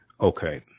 Okay